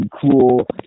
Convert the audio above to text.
cool